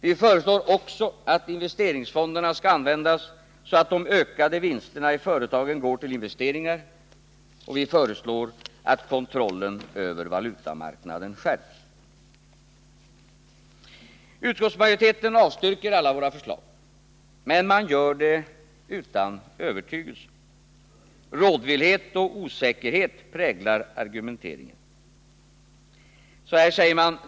Vi föreslår också att investeringsfonderna skall användas så att de ökade vinsterna i företagen går till investeringar, och vi föreslår att kontrollen över vaiutamarknaden skärps. Utskottsmajoriteten avstyrker alla våra förslag. Men man gör det utan övertygelse. Rådvillhet och osäkerhet präglar argumenteringen.